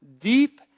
deep